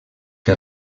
que